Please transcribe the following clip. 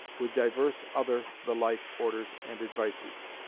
with divers other the like orders and advices.